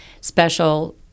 special –